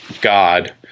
god